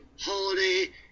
holiday